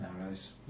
arrows